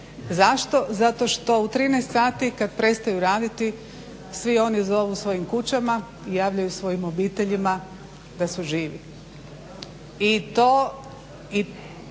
Zašto, zato što u 13 sati kad prestaju raditi svi oni zovu svojim kućama i javljaju svojim obiteljima da su živi.